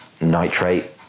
nitrate